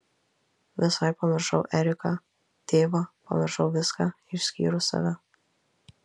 visai pamiršau eriką tėvą pamiršau viską išskyrus save